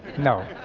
no,